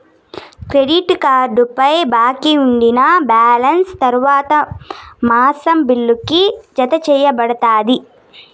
credit కార్డుపై బాకీ ఉండినా బాలెన్స్ తర్వాత మాసం బిల్లుకి, జతచేయబడతాది